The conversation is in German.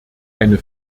eine